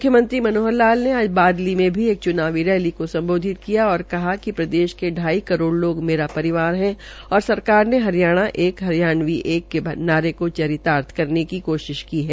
मुख्यमंत्री मनोहर लाल आज बादली मं भी एक चुनावी रैली को सम्बोधित किया और कहा कि प्रदेश के ढाई करोड़ लोग मेरा परिवार है और सरकार ने हरियाणा एक हरियाणवी एक के नारे को चरित्रार्थ करने की कोशिश की है